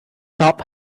top